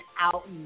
out